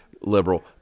liberal